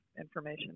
information